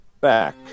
back